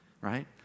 Right